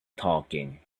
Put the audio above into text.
talking